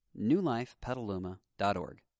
newlifepetaluma.org